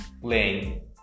playing